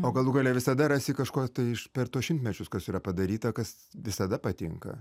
o galų gale visada rasi kažko iš per tuos šimtmečius kas yra padaryta kas visada patinka